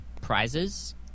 prizes